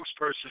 spokesperson